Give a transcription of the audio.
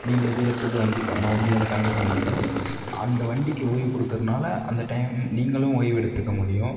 நீண்ட தூரத்துக்கு வண்டி பய வண்டியால் பயணிக்க முடியும் அந்த வண்டிக்கு ஓய்வு கொடுக்குறனால அந்த டைம் நீங்களும் ஓய்வு எடுத்துக்க முடியும்